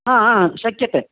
हा हा शक्यते